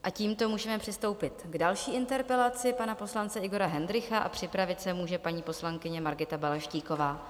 A tímto můžeme přistoupit k další interpelaci pana poslance Igora Hendrycha a připravit se může paní poslankyně Margita Balaštíková.